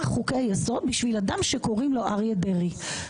חוקי יסוד בשביל אדם שקוראים לו אריה דרעי.